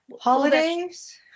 holidays